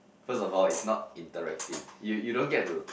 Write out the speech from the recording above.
first of all is not interactive you you don't get to